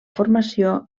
formació